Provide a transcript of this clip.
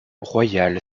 royale